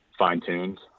fine-tuned